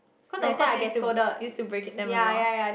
no cause use to use to break it them a lot